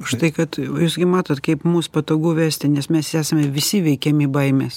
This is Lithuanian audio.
užtai kad jūs gi matot kaip mus patogu vesti nes mes esame visi veikiami baimės